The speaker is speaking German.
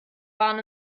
bahn